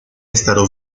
estado